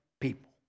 people